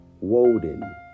Woden